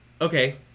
okay